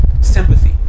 sympathy